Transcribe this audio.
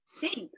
Thanks